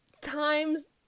times